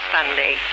Sunday